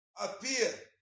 appear